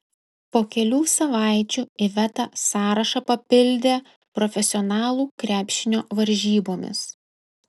po kelių savaičių iveta sąrašą papildė profesionalų krepšinio varžybomis